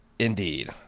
Indeed